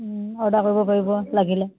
order কৰিব পাৰিব লাগিলে